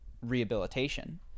rehabilitation